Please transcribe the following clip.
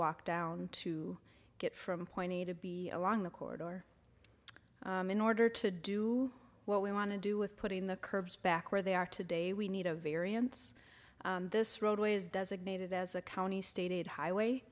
walk down to get from point a to b along the corridor in order to do what we want to do with putting the curbs back where they are today we need a variance this roadway is designated as a county state highway